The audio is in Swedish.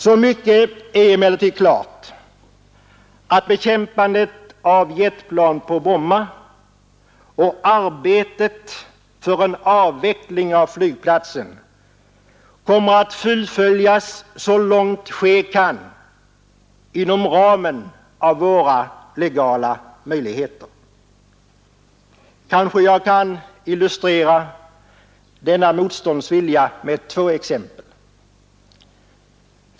Så mycket är emellertid klart att bekämpandet av jetplanen på Bromma och arbetet för en avveckling av flygplatsen kommer att fullföljas så långt ske kan inom ramen för våra legala möjligheter. Kanske jag kan illustrera denna motståndsvilja med två exempel.